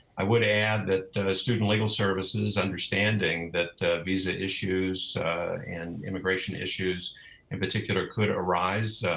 i would add that a student legal services understanding that visa issues and immigration issues in particular could arise.